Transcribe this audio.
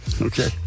Okay